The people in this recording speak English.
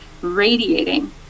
radiating